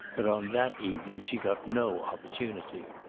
but on that evening she got no opportunity.